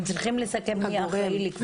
הם צריכים לסכם מי אחראי לקבוע את הטווח.